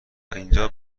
اینجا